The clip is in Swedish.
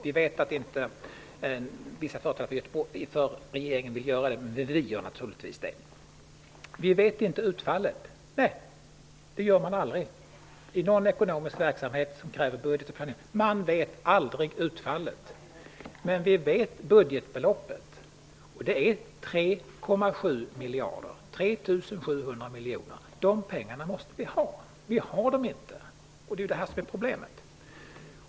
Vi vet att vissa företrädare för regeringen inte vill göra det, men vi gör det naturligtvis. Vi vet inte vilket utfallet blir. Nej, det gör man aldrig. I varje ekonomisk verksamhet som kräver budget och planering vet man aldrig vilket utfallet blir. Däremot vet vi vilket budgetbeloppet är: 3,7 miljarder, eller 3 700 miljoner. De pengarna måste vi ha, men vi har dem inte. Det är detta som är problemet.